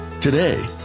Today